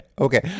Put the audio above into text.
okay